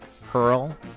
hurl